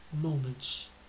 moments